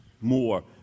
more